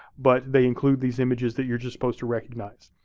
but they include these images that you're just supposed to recognize.